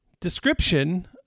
description